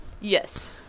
Yes